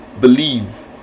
believe